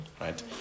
right